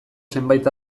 zenbait